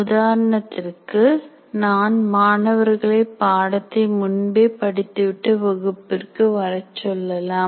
உதாரணத்திற்கு நான் மாணவர்களை பாடத்தை முன்பே படித்துவிட்டு வகுப்பிற்கு வரச் சொல்லலாம்